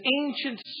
ancient